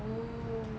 oh